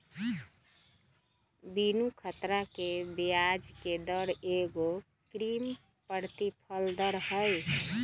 बीनू ख़तरा के ब्याजके दर एगो कृत्रिम प्रतिफल दर हई